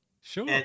Sure